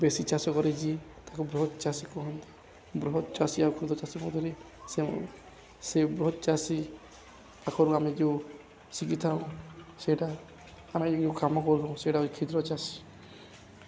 ବେଶୀ ଚାଷ କରେ ଯିଏ ତାକୁ ବୃହତ ଚାଷୀ କୁହନ୍ତି ବୃହତ ଚାଷୀ ଆଉ କ୍ଷୁଦ୍ର ଚାଷୀ ମଧ୍ୟରେ ସେ ସେ ବୃହତ ଚାଷୀ ପାଖରୁ ଆମେ ଯେଉଁ ଶିଖିଥାଉ ସେଇଟା ଆମେ ଯେଉଁ କାମ କରୁୁ ସେଇଟା କ୍ଷୁଦ୍ର ଚାଷୀ